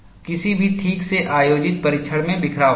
किसी भी ठीक से आयोजित परीक्षण में बिखराव होगा